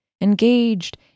engaged